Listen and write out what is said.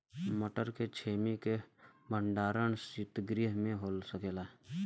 मटर के छेमी के भंडारन सितगृह में हो सकेला?